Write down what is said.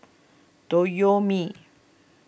Toyomi